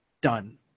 done